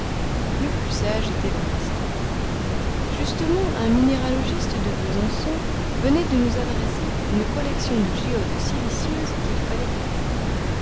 le plus sage était de rester justement un minéralogiste de besançon venait de nous adresser une collection de géodes siliceuses qu'il fallait classer